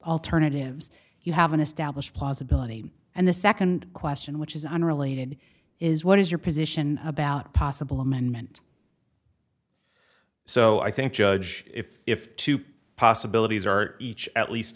alternatives you haven't established possibility and the nd question which is unrelated is what is your position about possible amendment so i think judge if if two possibilities are each at least